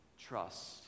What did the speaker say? Trust